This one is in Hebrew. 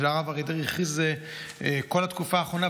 הרב אריה דרעי הכריז על כך בכל התקופה האחרונה,